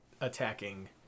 attacking